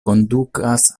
kondukas